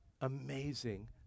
amazing